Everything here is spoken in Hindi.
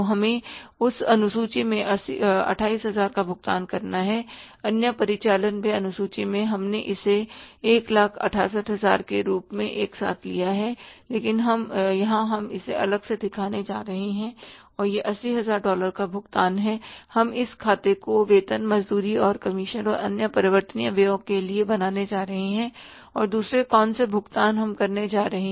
हमें उस अनुसूची में 28000 का भुगतान करना है अन्य परिचालन व्यय अनुसूची में हमने इसे 168000 के रूप में एक साथ लिया है लेकिन यहाँ हम इसे अलग से दिखाने जा रहे हैं और यह 28000 डॉलर का भुगतान है हम इस खाते को वेतन मजदूरी और कमीशन और अन्य परिवर्तनीय व्यय के लिए बनाने जा रहे हैं और दूसरे कौन से भुगतान हम करने जा रहे हैं